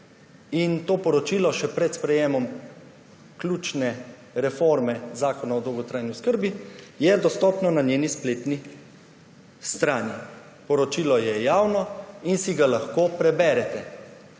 To poročilo še pred sprejetjem ključne reforme, Zakona o dolgotrajni oskrbi, je dostopno na njeni spletni strani. Poročilo je javno in si ga lahko preberete.